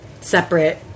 separate